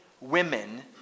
women